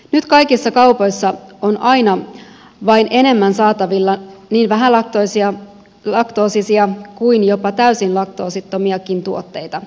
nyt kaikissa kaupoissa on aina vain enemmän saatavilla niin vähälaktoosisia kuin jopa täysin laktoosittomiakin tuotteita